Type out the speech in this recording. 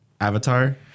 Avatar